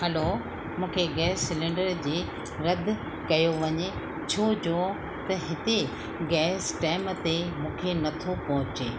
हलो मूंखे gas cylinder जे रदि कयो वञे छो जो त हिते गैस टाइम ते मूंखे नथो पहुचे